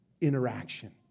interaction